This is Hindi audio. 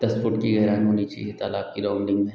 दस फुट की गहराई होनी चाहिए तालाब की ग्राउण्डिन्ग में